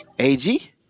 AG